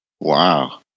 Wow